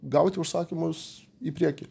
gauti užsakymus į priekį